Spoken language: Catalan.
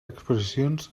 exposicions